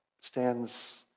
stands